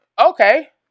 Okay